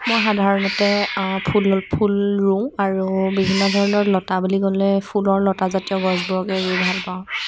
মই সাধাৰণতে ফুলৰ ফুল ৰোওঁ আৰু বিভিন্ন ধৰণৰ লতা বুলি ক'লে ফুলৰ লতা জাতীয় গছবোৰকে ৰুই ভালপাওঁ